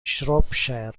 shropshire